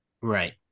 Right